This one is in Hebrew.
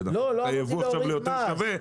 ונהפוך את הייבוא עכשיו ליותר שווה,